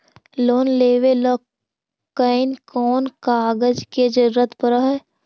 Loan लेबे ल कैन कौन कागज के जरुरत पड़ है?